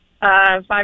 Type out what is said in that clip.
Five